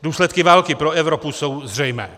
Důsledky války pro Evropu jsou zřejmé.